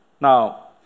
Now